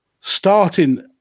starting